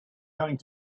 going